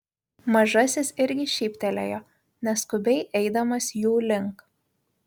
mažasis irgi šyptelėjo neskubiai eidamas jų link